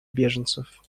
беженцев